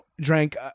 drank